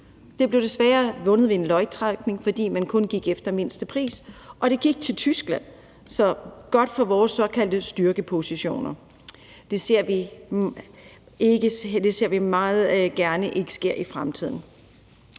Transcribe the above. Det blev desværre vundet ved en lodtrækning, fordi man kun gik efter mindstepris. Det gik til Tyskland – så godt for vores såkaldte styrkepositioner. Det ser vi meget gerne ikke sker i fremtiden.